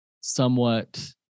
somewhat